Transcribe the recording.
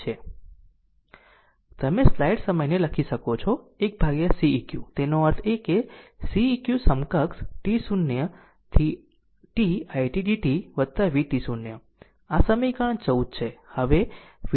તમે સ્લાઈડ સમય ને લખી શકો છો 1Ceq તેનો અર્થ એ કે Ceq સમકક્ષ t0 to t it dt vt0 આ સમીકરણ 14 છે